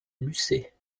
lucé